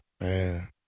Man